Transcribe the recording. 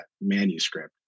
manuscript